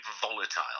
volatile